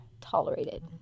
tolerated